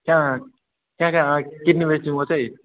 कहाँ कहाँ हैट किडनी बेच्नु म चाहिँ